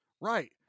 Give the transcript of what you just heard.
Right